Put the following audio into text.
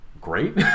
great